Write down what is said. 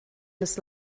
this